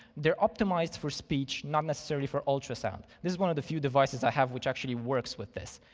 they're optimised for speech, not necessarily for ultrasound. this is one of the few devices i have which actually works with this.